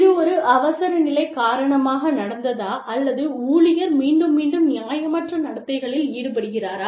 இது ஒரு அவசரநிலை காரணமாக நடந்ததா அல்லது ஊழியர் மீண்டும் மீண்டும் நியாயமற்ற நடத்தைகளில் ஈடுபடுகிறாரா